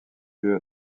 lieu